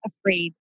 afraid